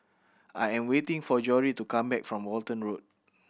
I am waiting for Jory to come back from Walton Road